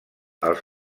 els